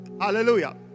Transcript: Hallelujah